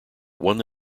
one